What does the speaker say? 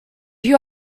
you